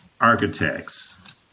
architects